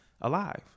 alive